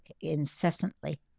incessantly